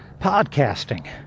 podcasting